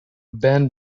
band